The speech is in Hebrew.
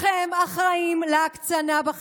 תתנצלי על הביטוי "שמד" על הממשלה הזו.